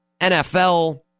NFL